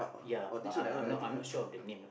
ya but I'm I'm I'm not sure of the name lah